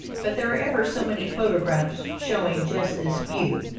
but there are ever so many photographs, showing just this view.